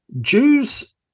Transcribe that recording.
Jews